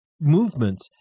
movements